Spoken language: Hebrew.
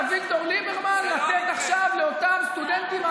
אתה איש שיודע לשלוט במספרים.